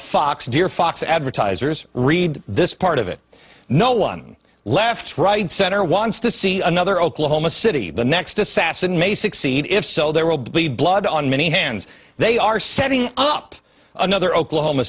fox dear fox advertisers read this part of it no one left right center wants to see another oklahoma city the next assassin may succeed if so there will be blood on many hands they are setting up another oklahoma